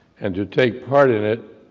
and to take part in it,